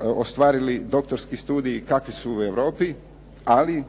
ostvarili doktorski studiji kakvi su u Europi, ali